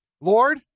Lord